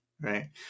Right